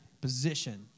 position